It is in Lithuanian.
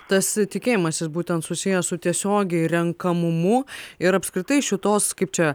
tas tikėjimas jis būtent susijęs su tiesiogiai renkamumu ir apskritai šitos kaip čia